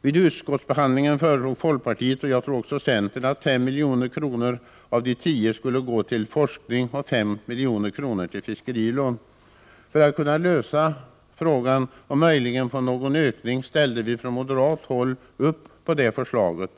Vid utskottsbehandlingen föreslog folkpartiet och, tror jag, också centern att 5 milj.kr. av de 10 skulle gå till forskning och 5 milj.kr. till fiskerilån. För att kunna lösa frågan och möjligen få någon ökning ställde vi oss från moderat håll bakom det förslaget.